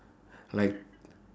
like